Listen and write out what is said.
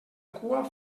cua